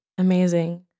Amazing